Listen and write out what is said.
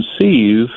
conceive